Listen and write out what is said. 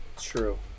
True